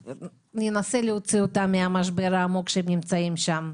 וננסה להוציא אותם מן המשבר העמוק שהם נמצאים בו.